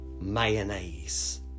mayonnaise